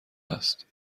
است